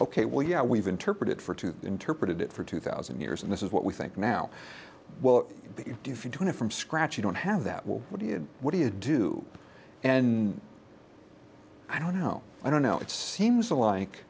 ok well yeah we've interpreted for to interpret it for two thousand years and this is what we think now that you do for doing it from scratch you don't have that will what do you what do you do and i don't know i don't know it seems like